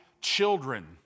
Children